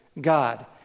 God